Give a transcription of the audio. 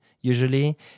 usually